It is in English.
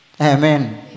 Amen